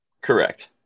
Correct